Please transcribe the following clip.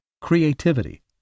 creativity